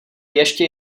ještě